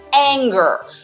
anger